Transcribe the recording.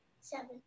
Seven